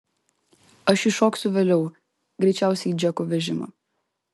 aš įšoksiu vėliau greičiausiai į džeko vežimą